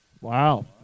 Wow